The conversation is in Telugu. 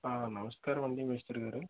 నమస్కారం అండి మేస్రీ గారు